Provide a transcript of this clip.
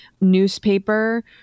newspaper